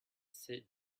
sit